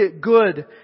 good